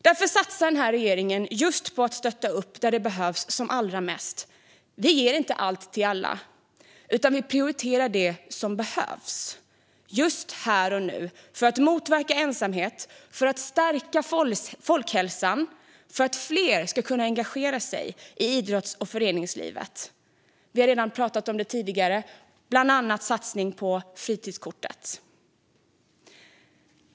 Därför satsar den här regeringen just på att stötta upp där det behövs som allra mest. Vi ger inte allt till alla, utan vi prioriterar det som behövs just här och nu för att motverka ensamhet, för att stärka folkhälsan och för att fler ska kunna engagera sig i idrotts och föreningslivet. Som vi redan har redan pratat om tidigare inför vi en satsning på fritidskortet.